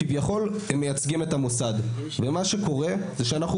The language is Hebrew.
כביכול הם מייצגים את המוסד ומה שקורה זה שאנחנו,